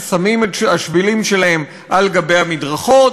ששמים את השבילים שלהם על גבי המדרכות,